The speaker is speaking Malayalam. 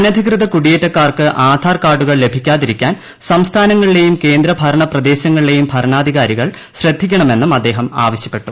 അനധികൃത കുടിയേറ്റക്കാർക്ക് ആധാർ കാർഡുകൾ ലഭിക്കാതിരിക്കാൻ സംസ്ഥാനങ്ങളിലേയും കേന്ദ്ര ഭരണ പ്രദേശങ്ങളിലേയും ഭരണാധികാരികൾ ശ്രദ്ധിക്കണമെന്നും അദ്ദേഹം ആവശ്യപ്പെട്ടു